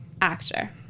actor